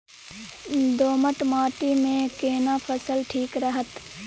दोमट माटी मे केना फसल ठीक रहत?